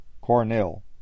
Cornell